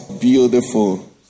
beautiful